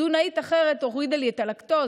תזונאית אחרת הורידה לי את הלקטוז,